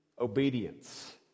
obedience